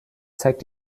zeigt